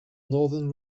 northern